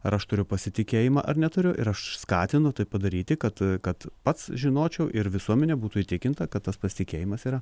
ar aš turiu pasitikėjimą ar neturiu ir aš skatinu tai padaryti kad kad pats žinočiau ir visuomenė būtų įtikinta kad tas pasitikėjimas yra